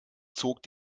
zog